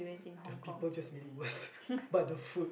the people just made it worst but the food